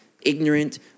ignorant